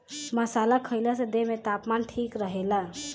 मसाला खईला से देह में तापमान ठीक रहेला